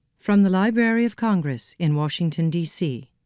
from the library of congress in washington, d c.